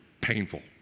Painful